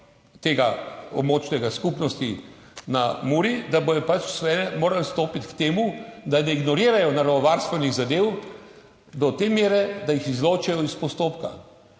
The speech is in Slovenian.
te območne skupnosti na Muri, da bodo pač seveda morali stopiti k temu, da ne ignorirajo naravovarstvenih zadev do te mere, da jih izločijo iz postopka.